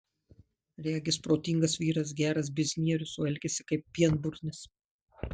regis protingas vyras geras biznierius o elgiasi kaip pienburnis